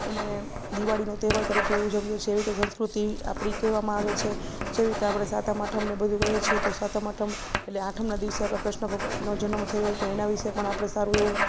એને દિવાળીનો તહેવાર તરીકે ઉજવીએ છીએ એવી રીતે સંસ્કૃતિ આપણી કહેવામાં આવે છે જેવી રીતે આપણે સાતમ આઠમને બધું કરીએ છીએ તો સાતમ આઠમ એટલે આઠમના દિવસે આપણે કૃષ્ણ ભગવાનનો જન્મ થયો તો એના વિશે પણ આપણે સારું એવું